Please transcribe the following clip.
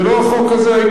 זה לא החוק הזה.